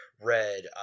Red